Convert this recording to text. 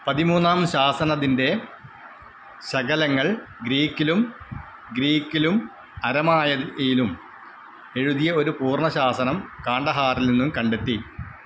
പതിമൂന്നാം ശാസനത്തിന്റെ ശകലങ്ങൾ ഗ്രീക്കിലും ഗ്രീക്കിലും അരമായയിലും എഴുതിയ ഒരു പൂർണ്ണ ശാസനം കാണ്ഡഹാറിൽ നിന്നും കണ്ടെത്തി